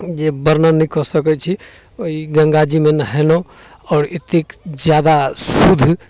जे वर्णन नहि कऽ सकैत छी ओहि गङ्गाजीमे नहेलहुँ आओर एतेक जादा शुद्ध